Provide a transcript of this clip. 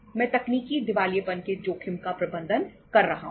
मैं तकनीकी दिवालियेपन के जोखिम का प्रबंधन कर रहा हूं